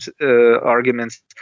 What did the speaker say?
arguments